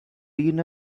reign